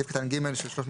סעיף קטן (ג) של 330יב,